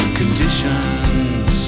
conditions